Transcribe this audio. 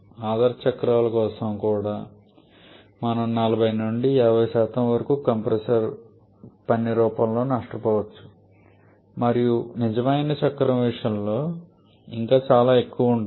ఆదర్శ చక్రాల కోసం కూడా మనం 40 నుండి 50 వరకు కంప్రెసర్ పని రూపంలో నష్టపోవచ్చు మరియు నిజమైన చక్రం విషయంలో ఇంకా చాలా ఎక్కువ ఉంటుంది